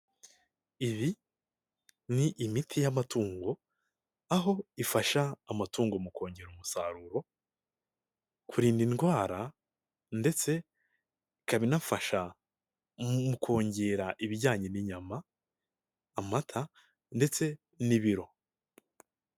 Ibi ni imiti y'amatungo, aho ifasha amatungo mu kongera umusaruro, kurinda indwara ndetse ikaba inafasha mu kongera ibijyanye n'inyama, amata ndetse n'ibiro.